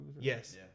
Yes